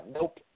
Nope